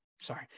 sorry